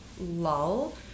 lull